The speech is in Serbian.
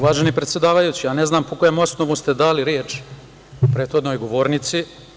Uvaženi predsedavajući, ne znam po kojem osnovu ste dali reč prethodnoj govornici.